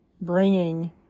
bringing